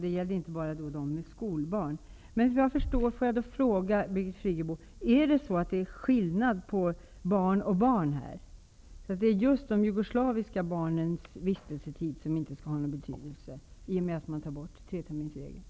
Det gällde inte bara familjer med barn i skolåldern. Är det, Birgit Friggebo, skillnad på barn och barn? Är det just de jugoslaviska barnens vistelsetid som inte skall ha någon betydelse, eftersom man tar bort treterminersregeln?